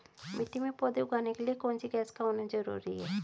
मिट्टी में पौधे उगाने के लिए कौन सी गैस का होना जरूरी है?